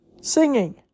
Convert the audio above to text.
singing